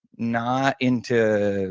not into,